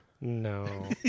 No